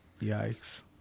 Yikes